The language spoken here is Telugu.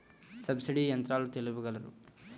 సబ్సిడీ యంత్రాలు తెలుపగలరు?